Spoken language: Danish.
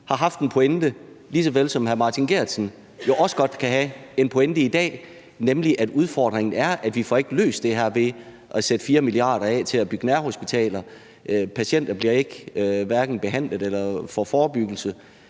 har haft en pointe, lige såvel som hr. Martin Geertsen også godt kan have en pointe i dag, nemlig at udfordringen er, at vi ikke får løst det her ved at sætte 4 mia. kr. af til at bygge nærhospitaler. Patienter bliver hverken behandlet eller får forebyggelse,